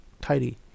tidy